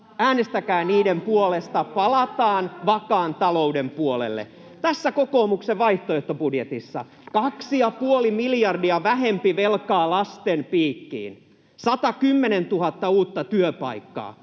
äänestäkää niiden puolesta. Palataan vakaan talouden puolelle. Tässä kokoomuksen vaihtoehtobudjetissa otetaan 2,5 miljardia vähemmän velkaa lasten piikkiin. 110 000 uutta työpaikkaa.